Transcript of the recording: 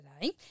today